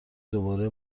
دوباره